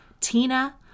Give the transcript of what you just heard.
Tina